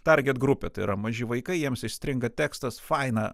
target grupė tai yra maži vaikai jiems įstringa tekstas faina